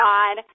God